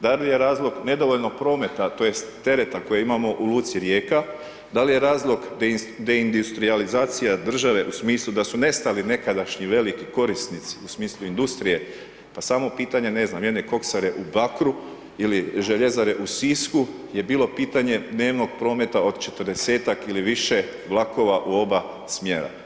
Da li je razlog nedovoljnog prometa tj. tereta koji imamo u luci Rijeka, da li je razlog deindustrijalizacija države u smislu da su nestali nekadašnji veliki korisnici u smislu industrije, pa samo pitanje, ne znam, jedne koksare u Bakru ili željezare u Sisku je bilo pitanje dnevnog prometa od 40-ak ili više vlakova u oba smjera.